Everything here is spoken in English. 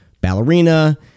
ballerina